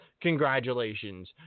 Congratulations